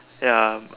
ya